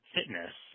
Fitness